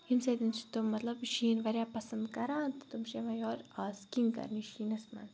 ییٚمہِ سۭتۍ چھِ تِم مَطلَب شیٖن واریاہ پَسَنٛد کَران تہٕ تِم چھِ یِوان یور سِکِنٛگ کَرنہٕ شیٖنَس مَنٛز